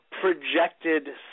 projected